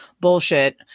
bullshit